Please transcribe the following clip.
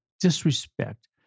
disrespect